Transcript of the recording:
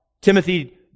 Timothy